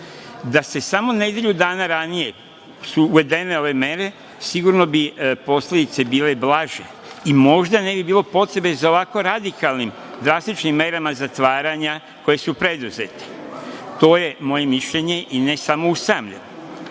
Da su samo nedelju dana ranije uvedene ove mere sigurno bi posledice bile blaže i možda ne bi bilo potrebe za ovakve radikalnim drastičnim merama zatvaranja koje su preduzete. To je moje mišljenje i nisam usamljen. Sa